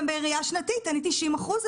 בראייה שנתית אני ב-90% הפסד.